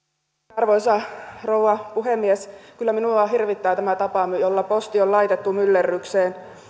arvoisa rouva puhemies kyllä minua hirvittää tämä tapa jolla posti on laitettu myllerrykseen